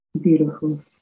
beautiful